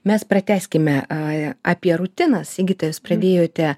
mes pratęskime a apie rutiną sigita pradėjote